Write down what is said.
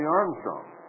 Armstrong